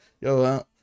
Yo